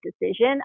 decision